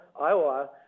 Iowa